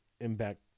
impact